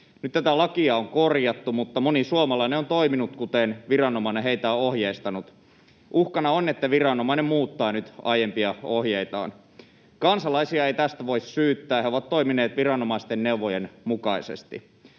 Nyt tätä lakia on korjattu, mutta moni suomalainen on toiminut kuten viranomainen heitä on ohjeistanut. Uhkana on, että viranomainen muuttaa nyt aiempia ohjeitaan. Kansalaisia ei tästä voi syyttää. He ovat toimineet viranomaisten neuvojen mukaisesti.